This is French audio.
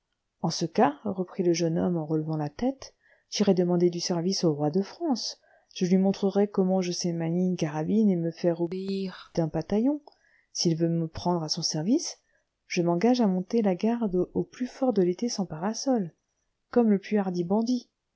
en ce cas-là reprit le jeune homme en relevant la tête j'irai demander du service au roi de france je lui montrerai comment je sais manier une carabine et me faire obéir d'un bataillon s'il veut me prendre à son service je m'engage à monter la garde au plus fort de l'été sans parasol comme le plus hardi bandit